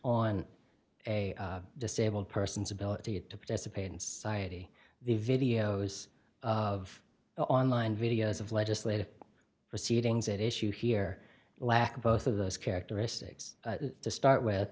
a disabled person's ability to participate in society the videos of online videos of legislative proceedings at issue here lack both of those characteristics to start with